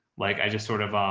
like i just sort of,